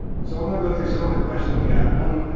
so i'm gonna go through some of the questions we got. one,